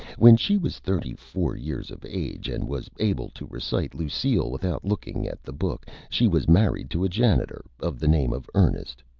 when she was thirty-four years of age and was able to recite lucile without looking at the book she was married to a janitor of the name of ernest.